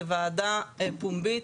זו ועדה פומבית,